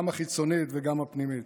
גם החיצונית וגם הפנימית.